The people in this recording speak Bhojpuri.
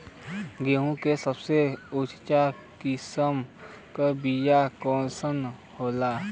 गेहूँ के सबसे उच्च किस्म के बीया कैसन होला?